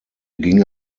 ging